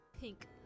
pink